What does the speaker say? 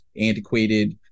antiquated